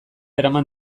eraman